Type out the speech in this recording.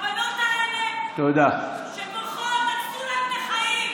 הבנות האלה, שבוכות, הרסו להן את החיים.